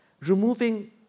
removing